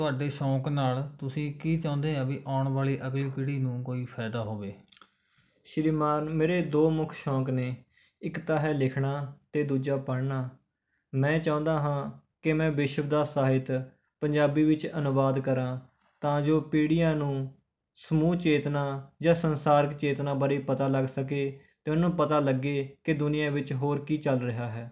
ਤੁਹਾਡੇ ਸ਼ੌਕ ਨਾਲ ਤੁਸੀਂ ਕਿ ਚਾਹੁੰਦੇ ਹਾਂ ਵੀ ਆਉਣ ਵਾਲੀ ਅਗਲੀ ਪੀੜ੍ਹੀ ਨੂੰ ਕੋਈ ਫਾਇਦਾ ਹੋਵੇ ਸ਼੍ਰੀਮਾਨ ਮੇਰੇ ਦੋ ਮੁੱਖ ਸ਼ੌਂਕ ਨੇ ਇੱਕ ਤਾਂ ਹੈ ਲਿਖਣਾ ਅਤੇ ਦੂਜਾ ਪੜ੍ਹਨਾ ਮੈਂ ਚਾਹੁੰਦਾ ਹਾਂ ਕਿ ਮੈਂ ਵਿਸ਼ਵ ਦਾ ਸਾਹਿਤ ਪੰਜਾਬੀ ਵਿੱਚ ਅਨੁਵਾਦ ਕਰਾਂ ਤਾਂ ਜੋ ਪੀੜ੍ਹੀਆਂ ਨੂੰ ਸਮੂਹ ਚੇਤਨਾ ਜਾਂ ਸੰਸਾਰਕ ਚੇਤਨਾ ਬਾਰੇ ਪਤਾ ਲੱਗ ਸਕੇ ਅਤੇ ਉਹਨੂੰ ਪਤਾ ਲੱਗੇ ਕਿ ਦੁਨੀਆਂ ਵਿੱਚ ਹੋਰ ਕੀ ਚੱਲ ਰਿਹਾ ਹੈ